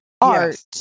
art